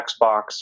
Xbox